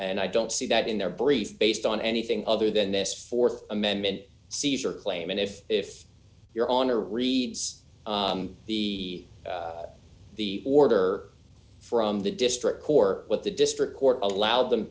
and i don't see that in their brief based on anything other than this th amendment seizure claim and if if you're on a reads the the order from the district core what the district court allowed them